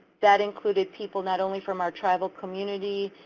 that included people not only from our tribal community,